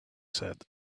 said